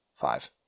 five